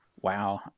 Wow